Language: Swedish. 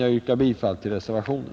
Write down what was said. Jag yrkar bifall till reservationen,